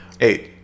Eight